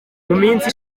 minsi